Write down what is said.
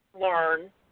learn